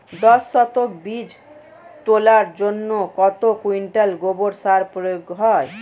দশ শতক বীজ তলার জন্য কত কুইন্টাল গোবর সার প্রয়োগ হয়?